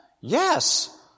Yes